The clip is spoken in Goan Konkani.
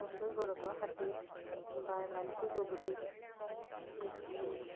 संस्कृत उडोवपा खातीर बायलांची फुगडी फुगडी